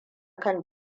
kan